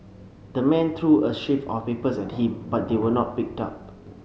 the man threw a sheaf of papers at him but they were not picked up